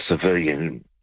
civilian